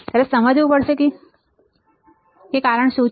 તમારે સમજવું પડશે કે કારણ શું છે